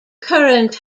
current